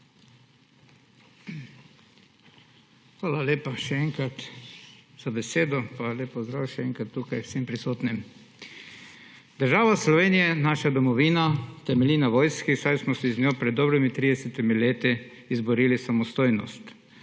Hvala lepa še enkrat za besedo. Lep pozdrav še enkrat vsem tukaj prisotnim! Država Slovenija, naša domovina temelji na vojski, saj smo si z njo pred dobrimi 30 leti izborili samostojnost.